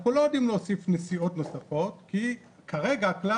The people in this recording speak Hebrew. אנחנו לא יודעים להוסיף נסיעות נוספות כי כרגע הכלל